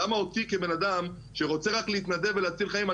למה אותי כבנאדם שרוצה רק להתנדב ולהציל חיים,